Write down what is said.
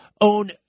own